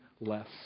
less